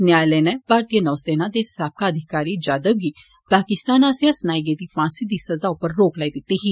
न्यायालय नै भारतीय नौ सेना दे साबका अधिकारी जाधव गी पाकिस्तान आस्सेआ सनाई गेदी फांसी दी सजा उप्पर रोक लाई दिती ही